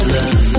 Love